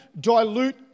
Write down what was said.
dilute